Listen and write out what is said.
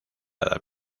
edad